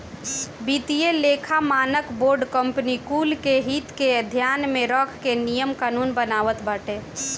वित्तीय लेखा मानक बोर्ड कंपनी कुल के हित के ध्यान में रख के नियम कानून बनावत बाटे